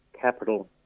capital